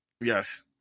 Yes